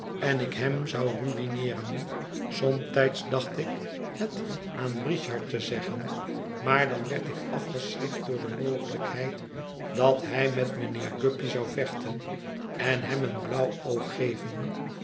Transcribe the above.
en ik hem zou ruïneeren somtijds dacht ik het aan richard te zeggen maai dan werd ik afgeschrikt door de mogelijkheid dat hij met mijnheer guppy zou vechten en hem een blauw oog geven